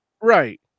Right